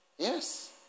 yes